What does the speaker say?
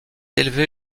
élevé